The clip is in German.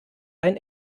ein